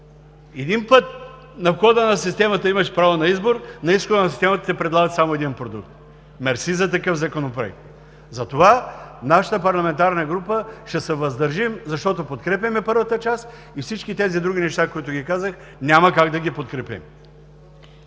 един път на входа на системата имаш право на избор, на изхода на системата ти предлагат само един продукт. Мерси за такъв Законопроект! Затова нашата парламентарна група ще се въздържи, защото подкрепяме първата част и всички тези други неща, които ги казах, няма как да ги подкрепим.